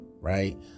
right